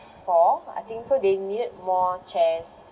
four I think so they needed more chairs